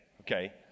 okay